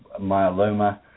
myeloma